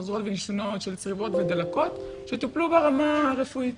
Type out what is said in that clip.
חוזרות ונשנות של צריבות ודלקות שטופלו ברמה הרפואית